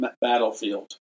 battlefield